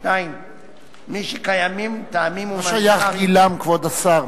2. מי שקיימים טעמים, מה שייך גילם, כבוד השר?